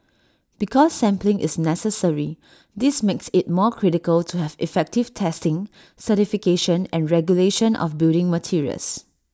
because sampling is necessary this makes IT more critical to have effective testing certification and regulation of building materials